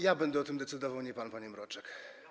Ja będę o tym decydował, nie pan, panie Mroczek.